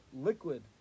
liquid